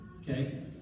Okay